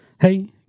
Hey